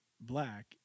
black